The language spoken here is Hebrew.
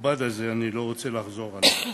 המכובד הזה אני לא רוצה לחזור עליהם.